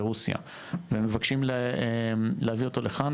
ברוסיה והם מבקשים להביא אותו לכאן